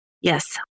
Yes